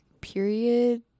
period